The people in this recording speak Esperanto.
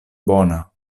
bona